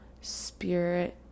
spirit